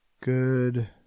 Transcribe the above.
good